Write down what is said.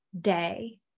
day